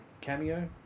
cameo